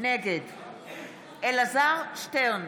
נגד אלעזר שטרן,